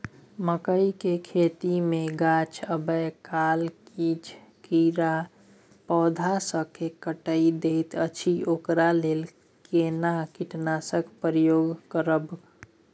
मकई के खेती मे गाछ आबै काल किछ कीरा पौधा स के काइट दैत अछि ओकरा लेल केना कीटनासक प्रयोग करब?